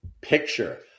picture